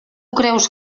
creus